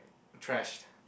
trashed